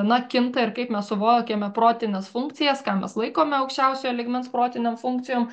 na kinta ir kaip mes suvokiame protines funkcijas ką mes laikome aukščiausiojo lygmens protinėm funkcijom